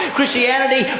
Christianity